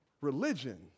religion